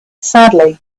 sadly